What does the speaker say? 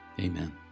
Amen